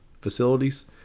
facilities